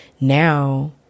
now